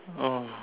oh